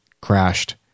crashed